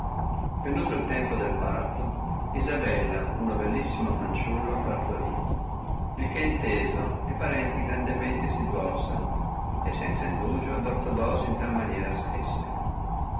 il tempo del parto isabella uno bellissimo fanciullo partorì il che inteso e parenti grandemente si duolsero e senza indugio ad ortodosio in tal maniera scrissero